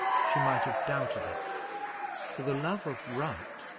she might have doubted it for the love of right,